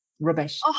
rubbish